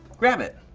grab it.